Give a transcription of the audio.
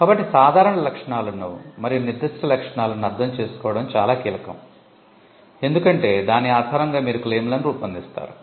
కాబట్టి సాధారణ లక్షణాలను మరియు నిర్దిష్ట లక్షణాలను అర్థం చేసుకోవడం చాలా కీలకం ఎందుకంటే దాని ఆధారంగా మీరు క్లెయిమ్ లను రూపొందిస్తారు